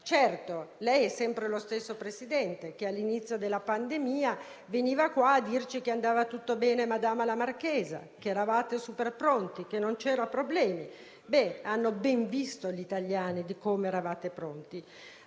certo, lei è sempre lo stesso Presidente del Consiglio che all'inizio della pandemia veniva qua a dirci che andava tutto bene madama la marchesa, che eravate superpronti, che non c'erano problemi. Beh, hanno ben visto gli italiani come eravate pronti!